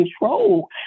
control